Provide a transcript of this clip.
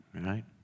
right